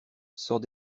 sors